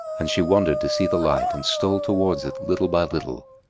and she wondered to see the light and stole towards it little by little.